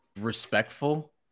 respectful